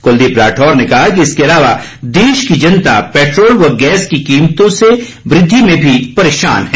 कुलदीप राठौर ने कहा कि इसके अलावा देश की जनता पेट्रोल व गैस की कीमतों में वृद्धि से भी परेशान है